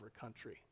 country